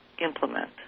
implement